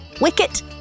Wicket